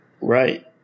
Right